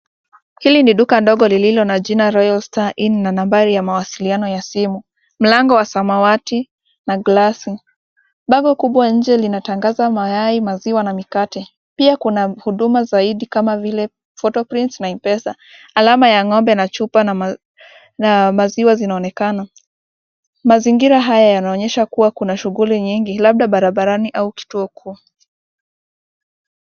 Hili ni duka ndogo lililo na jina Royal Star Inn na nambari ya mawasiliano ya simu. Mlango wa samawati na glasi. Mbango kubwa nje linatangaza mayai, maziwa na mikate. Pia kuna huduma zaidi kama vile photo prints na Mpesa. Alama ya ng'ombe na chupa na maziwa zinaonekana. Mazingira haya yanaonyesha kuwa kuna shughuli nyingi, labda barabarani au kituo kuu.